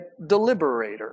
deliberator